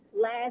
last